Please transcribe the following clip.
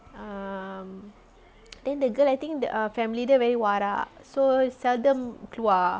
um then the girl I think the err family dia very warak so seldom keluar